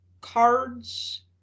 cards